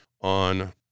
on